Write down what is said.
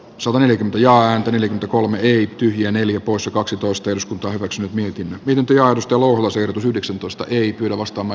salonen ja antoi yli kolme ja neljä poissa kaksitoista eduskunta hyväksyi mietin miten työ onnistuu laser yhdeksäntoista eri lavastamo